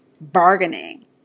bargaining